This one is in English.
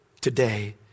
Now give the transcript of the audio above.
Today